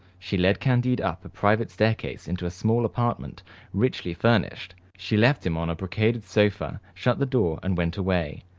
she led candide up a private staircase into a small apartment richly furnished. she left him on a brocaded sofa, shut the door and went away.